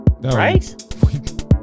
right